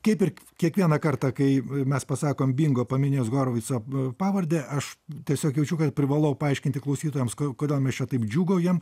kaip ir kiekvieną kartą kai mes pasakom bingo paminėjus horovitso pavardę aš tiesiog jaučiu kad privalau paaiškinti klausytojams ko kodėl mes čia taip džiūgaujam